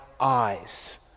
eyes